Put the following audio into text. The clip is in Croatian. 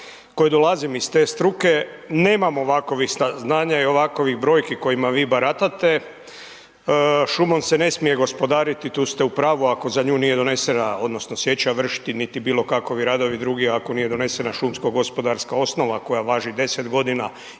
koji dolazim iz te struke nemam ovakvih saznanja i ovakvih brojki kojima vi baratate. Šumom se ne smije gospodariti, tu ste u pravu ako za nju nije donesena, odnosno sječa vršiti niti bilo kakvi radovi drugi ako nije donesena šumsko gospodarska osnova koja važi 10 godina